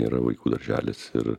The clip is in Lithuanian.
nėra vaikų darželis ir